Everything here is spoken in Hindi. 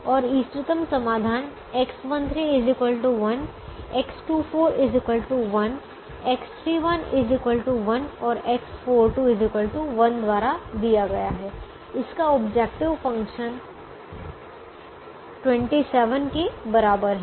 और इष्टतम समाधान X13 1 X24 1 X31 1 और X42 1 द्वारा दिया गया है जिसका ऑब्जेक्टिव फंक्शन 27 के बराबर है